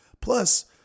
Plus